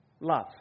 Love